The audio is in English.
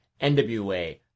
NWA